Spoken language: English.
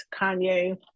Kanye